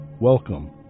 Welcome